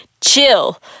chill